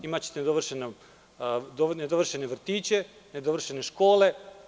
Imaćete nedovršene vrtiće, nedovršene škole.